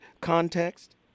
context